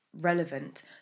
relevant